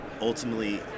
ultimately